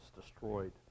destroyed